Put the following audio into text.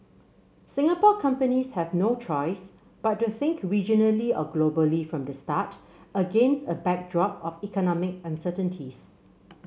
Singapore companies have no choice but to think regionally or globally from the start against a backdrop of economic uncertainties